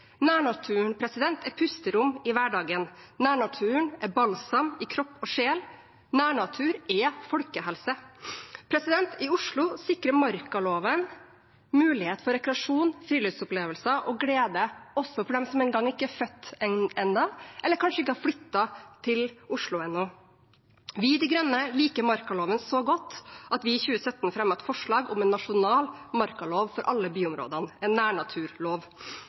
Nærnaturen er pusterom i hverdagen, nærnaturen er balsam for kropp og sjel, nærnatur er folkehelse. I Oslo sikrer markaloven mulighet for rekreasjon, friluftsopplevelser og glede også for dem som ikke engang er født ennå, eller for dem som kanskje ikke har flyttet til Oslo ennå. Vi i De Grønne liker markaloven så godt at vi i 2017 fremmet et forslag om en nasjonal markalov for alle byområdene, en nærnaturlov.